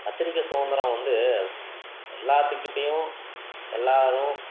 பத்திரிக்கை சுதந்திரம் வந்து எல்லாத்துக்கிட்டையும் எல்லோரும்